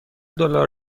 دلار